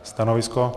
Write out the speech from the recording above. Stanovisko?